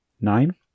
Nine